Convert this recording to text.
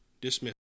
dismiss